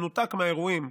במנותק מהאירועים,